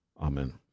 Amen